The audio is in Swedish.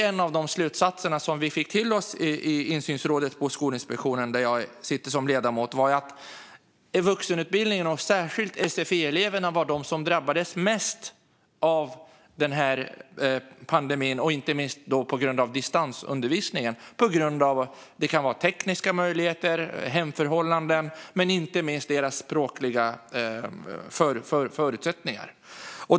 En av de slutsatser som vi fick till oss i insynsrådet på Skolinspektionen, där jag sitter som ledamot, var att vuxenutbildningen och särskilt sfi-eleverna var de som drabbades mest av pandemin, inte minst på grund av distansundervisningen. Det kan vara tekniska möjligheter, hemförhållanden och inte minst deras språkliga förutsättningar.